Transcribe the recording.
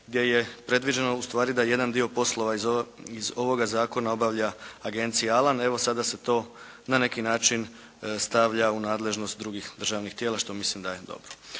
gdje je predviđeno ustvari da jedan dio poslova iz ovoga zakona obavlja Agencija "Alan". Evo sada se to na neki način stavlja u nadležnost drugih državnih tijela što mislim da je dobro.